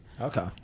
Okay